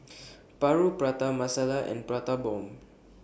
Paru Prata Masala and Prata Bomb